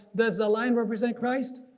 does the lion represent christ?